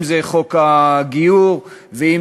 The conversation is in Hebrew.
אם חוק הגיור ואם